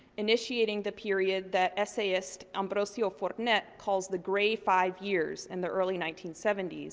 initiating the period that essayist ambrosio fornet calls the gray five years in the early nineteen seventy s,